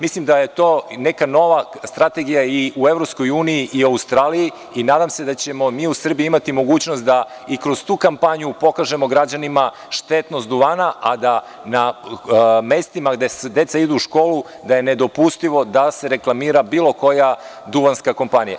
Mislim da je to neka nova strategija i u EU i u Australiji i nadam se da ćemo mi u Srbiji imati mogućnost da i kroz tu kampanju pokažemo građanima štetnost duvana, a da je na mestima gde deca idu u školu nedopustivo da se reklamira bilo koja duvanska kompanija.